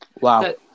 Wow